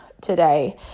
today